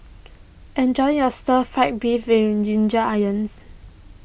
enjoy your Stir Fry Beef Ginger Onions